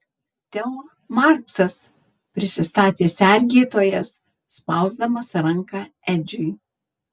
teo marksas prisistatė sergėtojas spausdamas ranką edžiui